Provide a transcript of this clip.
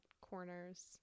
corners